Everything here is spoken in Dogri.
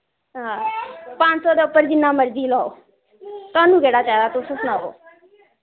हां पंज सौ दे उप्पर जिन्ना मर्जी लाओ थुहानू केह्ड़ा चाहिदा तुस सनाओ